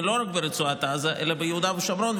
לא רק ברצועת עזה אלא ביהודה ושומרון,